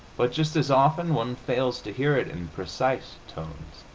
but just as often one fails to hear it in precise tones.